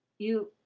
you,